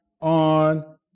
on